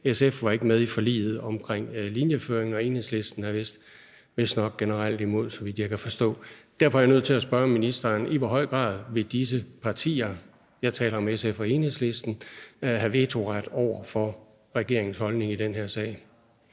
SF er ikke med i forliget omkring linjeføringen, og Enhedslisten er vist nok generelt imod, så vidt jeg kan forstå. Derfor er jeg nødt til at spørge ministeren: I hvor høj grad vil disse partier – jeg taler om SF og Enhedslisten – have vetoret over regeringens holdning i den her sag?